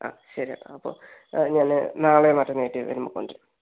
ആ ശരി അപ്പോൾ ഞാൻ നാളെയോ മറ്റന്നാളോ മറ്റോ വരുമ്പോൾ കൊണ്ടുവരാം